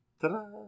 Ta-da